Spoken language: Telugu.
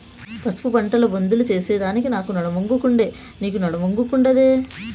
పసుపు పంటల బోదెలు చేసెదానికి నాకు నడుమొంగకుండే, నీకూ నడుమొంగకుండాదే